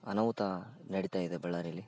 ಅನಾಹುತ ನಡಿತಾಯಿದೆ ಬಳ್ಳಾರಿಲಿ